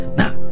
now